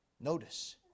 Notice